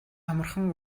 амархан